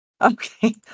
Okay